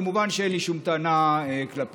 כמובן שאין לי שום טענה כלפיך,